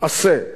עשה.